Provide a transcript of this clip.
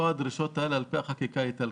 הדרישות כאן הן על פי החקיקה האיטלקית.